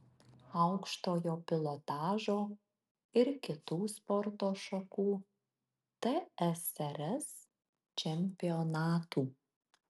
aukštojo pilotažo ir kitų sporto šakų tsrs čempionatų